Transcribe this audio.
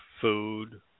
food